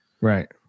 Right